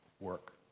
work